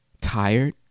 tired